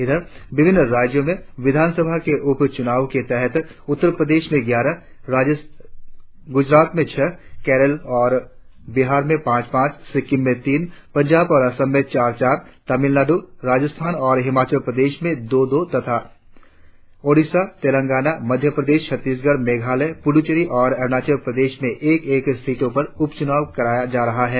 उधर विभिन्न राज्यों में विधानसभा के उप चुनाव के तहत उत्तर प्रदेश में ग्यारह ग्रजारात में छह केरल और बिहार में पांच पांच सिक्किम में तीन पंजाब और असम में चार चार तमिलनाडु राजस्थान और हिमाचल प्रदेश में दो दो तथा औड़िसा तेलंगाना मध्यप्रदेश छत्तीसगढ़ मेघालय पुद्दचेरी और अरुणाचल प्रदेश में एक एक सीटों पर उपचुनाव कराया जा रहा है